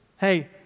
Hey